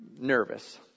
Nervous